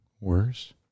worse